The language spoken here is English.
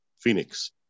Phoenix